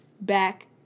back